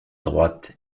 droite